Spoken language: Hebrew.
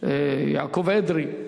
יעקב אדרי,